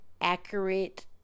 accurate